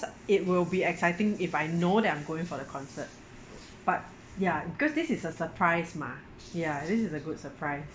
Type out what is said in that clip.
it will be exciting if I know that I'm going for the concert but ya because this is a surprise mah ya this is a good surprise